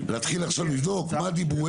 להתחיל עכשיו לבדוק מה דיברו,